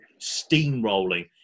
steamrolling